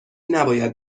نباید